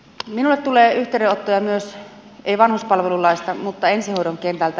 minulle tulee yhteydenottoja myös ei vanhuspalvelulaista mutta ensihoidon kentältä